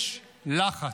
יש לחץ"